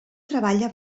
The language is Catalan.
treballa